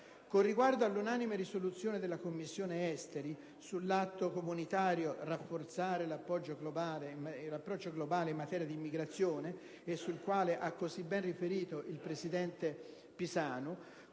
Con riguardo alla unanime risoluzione della Commissione esteri sull'atto comunitario «Rafforzare l'approccio globale in materia d'immigrazione» - sulla quale ha così bene riferito il presidente Pisanu